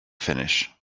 finish